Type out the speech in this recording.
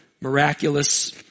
miraculous